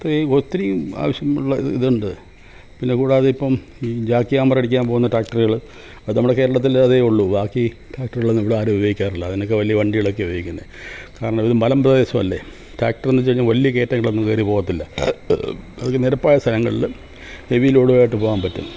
തേ ഒത്തിരി ആവശ്യമുള്ള ഇത് ഇതുണ്ട് പിന്നെ കൂടാതെ ഇപ്പം ഈ ജാക്ക്ഹാമർ അടിക്കാൻ പോകുന്ന ട്രാക്ടറുകൾ അത് നമ്മുടെ കേരളത്തിൽ അതേ ഉള്ളൂ ബാക്കി ട്രാക്ടറുകളൊന്നും ഇവിടെ ആരും ഉപയോഗിക്കാറില്ല അതിനൊക്കെ വലിയ വണ്ടികളൊക്കെയാണ് ഉപയോഗിക്കുന്നത് കാരണം ഇത് മലം പ്രദേശമല്ലെ ട്രാക്ടർ എന്ന് വെച്ച് കഴിഞ്ഞാൽ വലിയ കയറ്റങ്ങളൊന്നും കയറി പോവില്ല അത് നിരപ്പായ സ്ഥലങ്ങളിൽ ഹെവി ലോഡുമായിട്ട് പോവാൻ പറ്റും